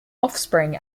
offspring